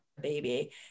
baby